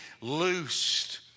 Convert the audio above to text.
loosed